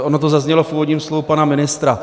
Ono to zaznělo v úvodním slově pana ministra.